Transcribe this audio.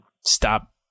stop